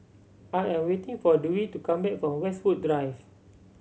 I am waiting for Dewey to come back from Westwood Drive